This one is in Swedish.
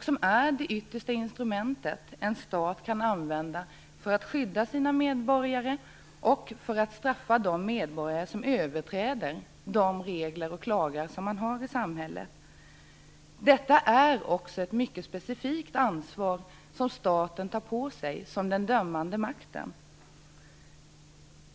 som är det yttersta instrument en stat kan använda för att skydda sina medborgare och för att straffa de medborgare som överträder de lagar och regler som samhället har. Det är också ett mycket specifikt ansvar som staten tar på sig som den dömande makten.